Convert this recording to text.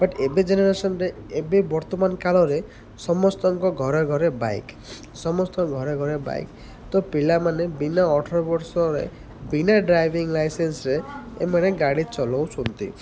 but ଏବେ ଜେନେରେସନ୍ରେ ଏବେ ବର୍ତ୍ତମାନ କାଳରେ ସମସ୍ତଙ୍କ ଘରେ ଘରେ ବାଇକ୍ ସମସ୍ତଙ୍କ ଘରେ ଘରେ ବାଇକ୍ ତ ପିଲାମାନେ ବିନା ଅଠର ବର୍ଷରେ ବିନା ଡ୍ରାଇଭିଂ ଲାଇସେନ୍ସରେ ଏମାନେ ଗାଡ଼ି ଚଲାଉଛନ୍ତି